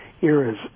eras